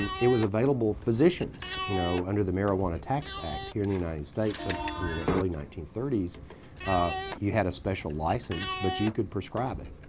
and it was available for physicians you know under the marijuana tax act here in the united states and in in the early nineteen thirty s you had a special license, but you could prescribe it.